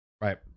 Right